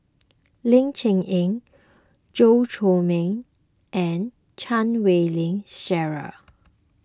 Ling Cher Eng Chew Chor Meng and Chan Wei Ling Cheryl